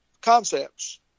concepts